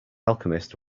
alchemist